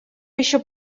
еще